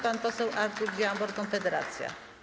Pan poseł Artur Dziambor, Konfederacja.